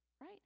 right